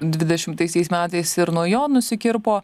dvidešimtaisiais metais ir nuo jo nusikirpo